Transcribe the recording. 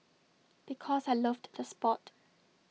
because I loved the Sport